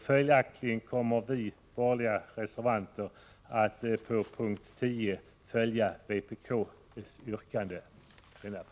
Följaktligen kommer vi borgerliga reservanter att under punkt 10 följa vpk-yrkandet.